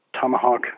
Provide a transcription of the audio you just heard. tomahawk